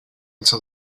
into